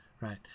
right